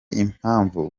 impamvu